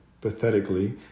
pathetically